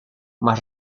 más